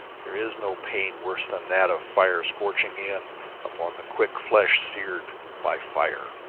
there is no pain worse than that of fire scorching in upon the quick flesh seared by fire.